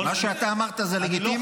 מה שאמרת זה לגיטימי?